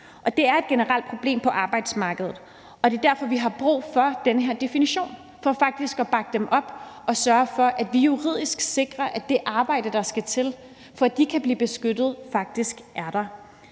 Det er et generelt problem på arbejdsmarkedet. Og det er derfor, vi har brug for denne her definition, altså for faktisk at bakke dem op og sørge for, at vi juridisk sikrer, at det arbejde, der skal til, for at de kan blive beskyttet, faktisk er der;